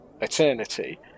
eternity